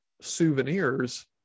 souvenirs